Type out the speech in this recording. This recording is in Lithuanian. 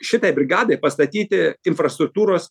šitai brigadai pastatyti infrastruktūros